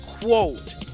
quote